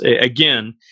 again